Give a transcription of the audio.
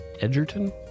Edgerton